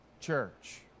church